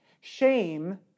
Shame